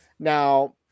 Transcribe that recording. Now